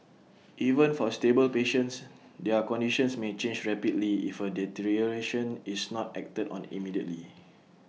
even for stable patients their conditions may change rapidly if A deterioration is not acted on immediately